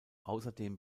außerdem